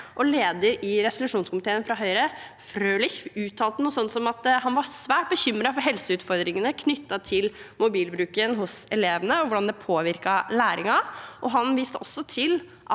Lederen i resolusjonskomiteen til Høyre, Frølich, uttalt noe sånt som at han var svært bekymret for helseutfordringene knyttet til mobilbruken hos elevene og hvordan det påvirket læringen. Han viste også til at